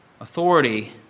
authority